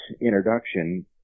introduction